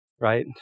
right